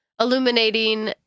illuminating